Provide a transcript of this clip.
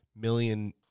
million